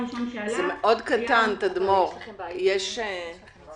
בשקופית הראשונה רואים הזמנה לסדר היום של ישיבת